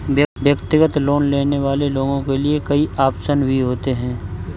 व्यक्तिगत लोन लेने वाले लोगों के लिये कई आप्शन भी होते हैं